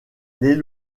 les